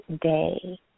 day